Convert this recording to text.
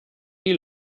die